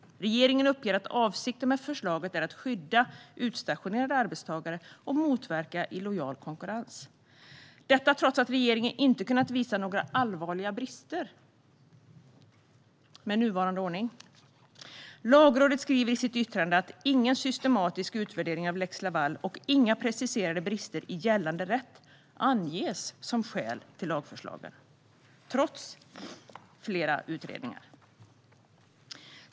Regeringen uppger att avsikten med förslaget är att skydda utstationerade arbetstagare och motverka illojal konkurrens - detta trots att regeringen inte kunnat visa några allvarliga brister med nuvarande ordning. Lagrådet skriver i sitt yttrande att "ingen systematisk utvärdering av lex Laval och inga preciserade brister i gällande rätt anges som skäl till lagförslagen", trots flera utredningar.